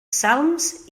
salms